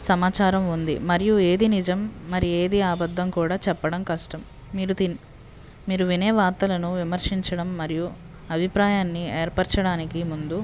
సమాచారం ఉంది మరియు ఏది నిజం మరి ఏది అబద్ధం కూడా చెప్పడం కష్టం మీరు దీన్ని మీరు వినే వార్తలను విమర్శించడం మరియు అభిప్రాయాన్ని ఏర్పరచడానికి ముందు